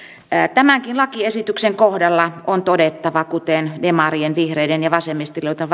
tämänkin lakiesityksen kohdalla on todettava kuten demarien vihreiden ja vasemmistoliiton